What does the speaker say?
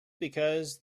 because